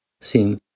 Sim